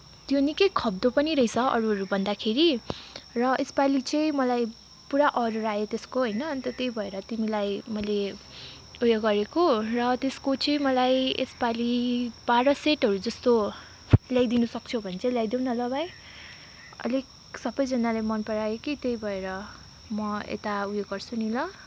त्यो निकै खप्दो पनि रहेछ अरूहरू भन्दाखेरि र यसपालि चाहिँ मलाई पुरा अर्डर आयो त्यसको होइन अनि त त्यही भएर तिमीलाई मैले उयो गरेको र त्यसको चाहिँ मलाई यसपालि बाह्र सेटहरू जस्तो ल्याइदिन सक्छौ भने ल्याइदेउ न ल भाइ अलिक सबैजनाले मन परायो कि त्यही भएर म यता उयो गर्छु नि ल